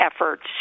efforts